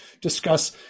discuss